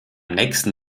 nächsten